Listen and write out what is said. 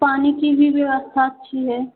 पानी की भी व्यवस्था अच्छी है